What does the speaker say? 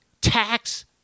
tax